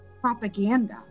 propaganda